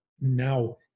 now